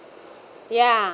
ya